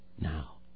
now